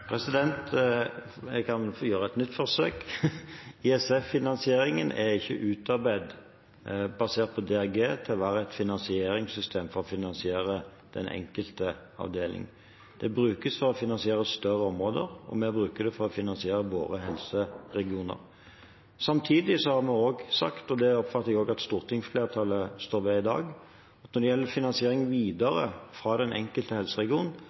avdelingsnivå? Jeg kan gjøre et nytt forsøk. ISF-finansieringen er ikke utarbeidet basert på DRG til å være et finansieringssystem for å finansiere den enkelte avdeling. Det brukes for å finansiere større områder, og vi bruker det for å finansiere våre helseregioner. Samtidig har vi sagt, og det oppfatter jeg at stortingsflertallet står ved i dag, at når det gjelder finansiering videre i den enkelte helseregion